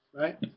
right